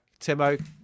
Timo